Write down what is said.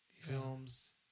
Films